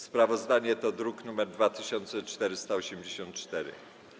Sprawozdanie to druk nr 2484.